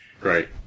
right